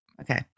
Okay